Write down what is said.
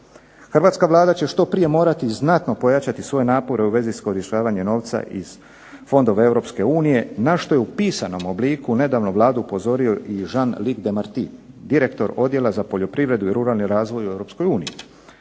Hrvatska vlada će morati što prije znatno pojačati svoje napore u vezi iskorištavanja novca iz fondova Europske unije, na što je u pisanom obliku nedavno Vladu upozorio i Jean-Luc Demarti, direktor odjela za poljoprivredu i ruralni razvoj u